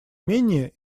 менее